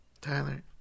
Tyler